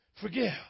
Forgive